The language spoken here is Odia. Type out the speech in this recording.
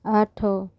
ଆଠ